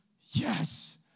Yes